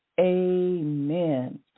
Amen